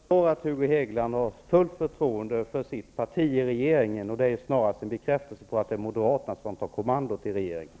Herr talman! Jag förstår att Hugo Hegeland har fullt förtroende för sitt parti i regeringen. Det är snarast en bekräftelse på att det är moderaterna som tar kommandot i regeringen.